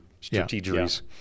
strategies